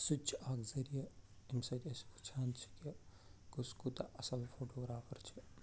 سُہ تہِ چھِ اَکھ ذریعہِ ییٚمہِ سۭتۍ أسۍ وٕچھان چھِ کہ کُس کوٗتاہ اَصٕل فوٹوگرافَر چھِ